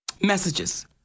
messages